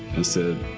and said,